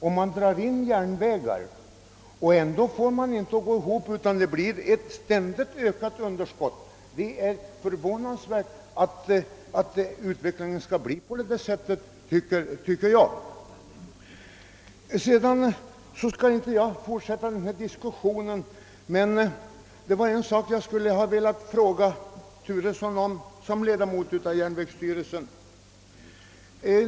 får man inte rörelsen att gå med vinst utan det uppstår allt större underskott. Jag tycker att denna utveckling är förvånansvärd. Jag skall inte fortsätta denna diskussion, men vill fråga herr Turesson om en sak i hans egenskap av ledamot i järnvägsstyrelsen.